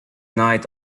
night